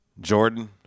Jordan